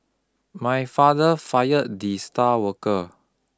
my father fired the star worker